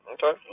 Okay